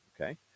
okay